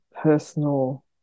personal